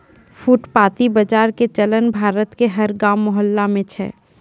फुटपाती बाजार के चलन भारत के हर गांव मुहल्ला मॅ छै